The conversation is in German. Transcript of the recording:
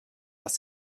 das